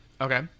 Okay